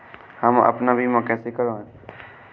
हम अपना बीमा कैसे कराए?